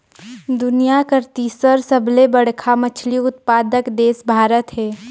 दुनिया कर तीसर सबले बड़खा मछली उत्पादक देश भारत हे